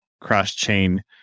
cross-chain